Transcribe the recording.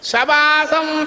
Sabasam